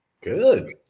Good